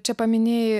čia paminėjai